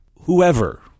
Whoever